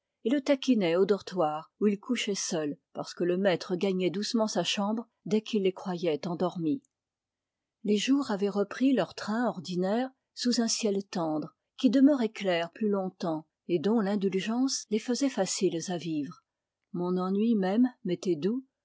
et le taquinait au dortoir où ils couchaient seuls parce que le maître gagnait doucement sa chambre dès qu'il les croyait endormis les jours avaient repris leur train ordinaire sous un ciel rendre qui demeurât clair plus longtemps et dont l'indulgence les faisajj faciles à vivre mon ennui même m'était doux